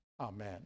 Amen